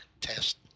test